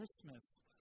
Christmas